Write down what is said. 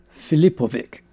Filipovic